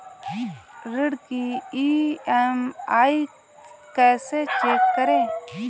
ऋण की ई.एम.आई कैसे चेक करें?